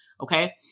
Okay